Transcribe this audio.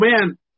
man